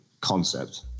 concept